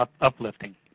uplifting